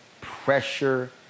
pressure